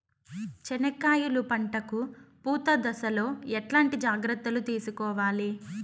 చెనక్కాయలు పంట కు పూత దశలో ఎట్లాంటి జాగ్రత్తలు తీసుకోవాలి?